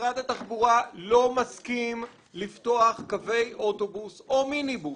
משרד התחבורה לא מסכים לפתוח קווי אוטובוס או מיניבוס